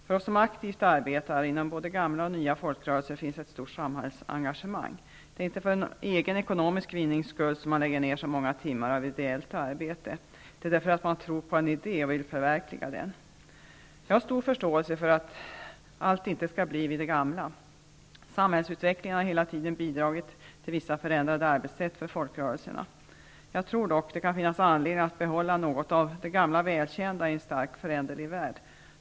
Hos oss som arbetar aktivt inom både gamla och nya folkrörelser finns ett stort samhällsengagemang. Det är inte för egen ekonomisk vinning som vi lägger ner så många timmar av ideellt arbete. Det är för att man tror på en idé och vill förverkliga den. Jag har stor förståelse för att allt inte skall bli vid det gamla. Samhällsutvecklingen har hela tiden bidragit till vissa förändrade arbetssätt för folkrörelserna. Det kan dock finnas anledning att behålla något av det gamla välkända i en starkt föränderlig värld.